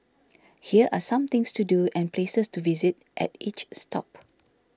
here are some things to do and places to visit at each stop